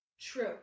True